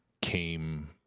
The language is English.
came